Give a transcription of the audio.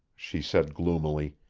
she said gloomily,